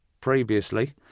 previously